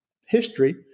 history